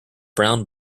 brown